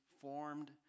formed